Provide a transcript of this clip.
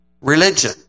religion